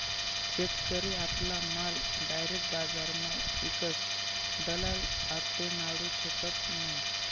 शेतकरी आपला माल डायरेक बजारमा ईकस दलाल आते नाडू शकत नै